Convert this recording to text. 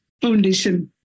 Foundation